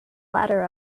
ladder